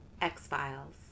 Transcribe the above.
X-Files